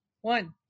one